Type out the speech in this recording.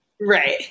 Right